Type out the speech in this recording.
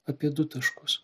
apie du taškus